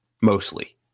mostly